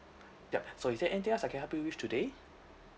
yup so is there anything else I can help you with today